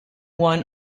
one